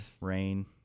rain